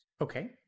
Okay